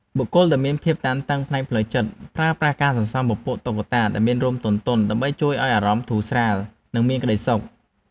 បុគ្គលដែលមាន ភាពតានតឹងផ្នែកផ្លូវចិត្ត ប្រើប្រាស់ការសន្សំពពួកតុក្កតាដែលមានរោមទន់ៗដើម្បីជួយឱ្យអារម្មណ៍ធូរស្រាល និងមានក្ដីសុខ។